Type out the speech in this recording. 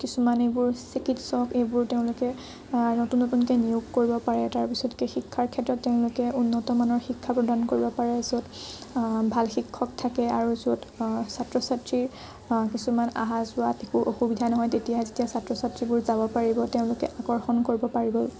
কিছুমান এইবোৰ চিকিৎসক এইবোৰ তেওঁলোকে নতুন নতুনকৈ নিয়োগ কৰিব পাৰে তাৰ পিছতকৈ শিক্ষাৰ ক্ষেত্ৰত তেওঁলোকে উন্নতমানৰ শিক্ষা প্ৰদান কৰিব পাৰে য'ত ভাল শিক্ষক থাকে আৰু য'ত ছাত্ৰ ছাত্ৰী কিছুমান আহা যোৱাত একো অসুবিধা নহয় তেতিয়া যেতিয়া ছাত্ৰ ছাত্ৰীবোৰ বুজাব পাৰিব তেওঁলোকে আকৰ্ষণ কৰিব পাৰিব